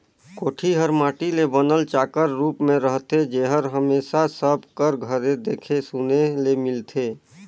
कोठी हर माटी ले बनल चाकर रूप मे रहथे जेहर हमेसा सब कर घरे देखे सुने ले मिलथे